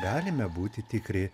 galime būti tikri